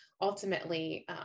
ultimately